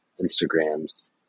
Instagrams